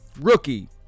rookie